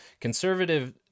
Conservative